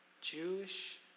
Jewish